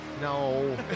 No